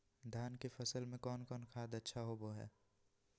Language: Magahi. धान की फ़सल में कौन कौन खाद अच्छा होबो हाय?